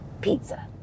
pizza